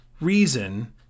reason